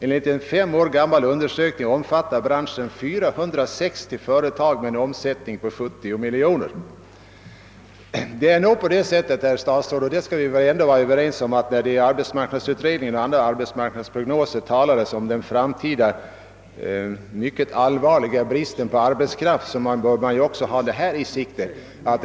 Enligt en 5 år gammal undersökning omfattade branschen 460 företag med en omsättning på 70 milj.» Vi kan väl vara överens om, herr statsråd, att när det i arbetsmarknadsutredningen och arbetsmarknadsprognoser tålas om den framtida, mycket stora bristen på arbetskraft, bör man också ha frågan om skrivbyråerna i tankarna.